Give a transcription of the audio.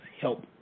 help